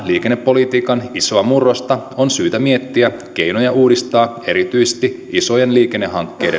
liikennepolitiikan isoa murrosta on syytä miettiä keinoja uudistaa erityisesti isojen liikennehankkeiden rahoitusta